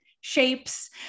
shapes